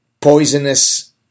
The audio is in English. poisonous